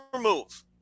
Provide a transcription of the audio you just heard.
move